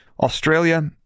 Australia